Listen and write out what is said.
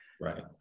right